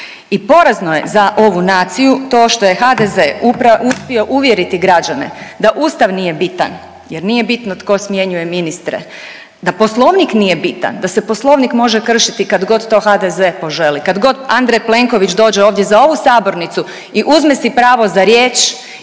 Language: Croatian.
i porazno je za ovu naciju to što je HDZ uspio uvjeriti građane da Ustav nije bitan, jer nije bitno tko smjenjuje ministre. Da Poslovnik nije bitan, da se Poslovnik može kršiti kad god to HDZ poželi, kad god Andrej Plenković dođe ovdje za ovu sabornicu i uzme si pravo za riječ